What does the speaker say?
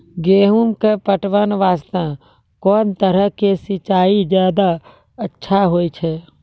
गेहूँ के पटवन वास्ते कोंन तरह के सिंचाई ज्यादा अच्छा होय छै?